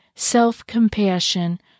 self-compassion